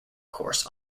course